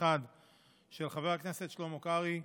של חבר הכנסת שלמה קרעי,